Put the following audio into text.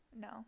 No